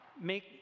Make